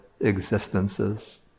existences